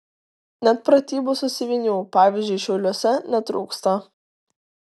net pratybų sąsiuvinių pavyzdžiui šiauliuose netrūksta